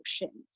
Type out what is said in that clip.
emotions